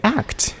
act